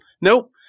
Nope